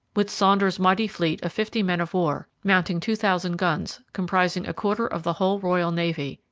with saunders's mighty fleet of fifty men-of-war, mounting two thousand guns, comprising a quarter of the whole royal navy,